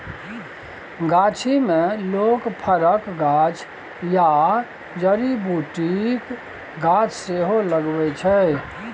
गाछी मे लोक फरक गाछ या जड़ी बुटीक गाछ सेहो लगबै छै